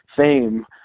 fame